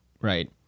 Right